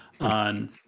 on